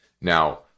Now